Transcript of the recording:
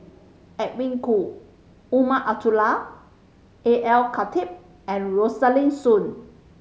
Edwin Koo Umar Abdullah A L Khatib and Rosaline Soon